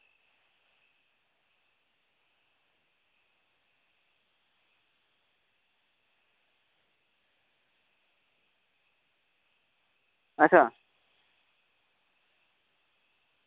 अच्छा